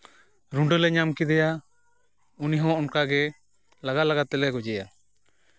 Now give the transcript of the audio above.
ᱨᱩᱸᱰᱟᱹ ᱞᱮ ᱧᱟᱢ ᱠᱮᱫᱮᱭᱟ ᱩᱱᱤ ᱦᱚᱸ ᱚᱱᱠᱟ ᱜᱮᱞᱮ ᱞᱟᱜᱟᱼᱞᱟᱜᱟ ᱛᱮᱞᱮ ᱜᱚᱡᱮᱭᱟ